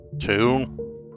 Two